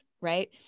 right